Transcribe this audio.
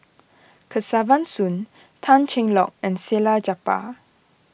Kesavan Soon Tan Cheng Lock and Salleh Japar